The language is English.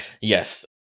yes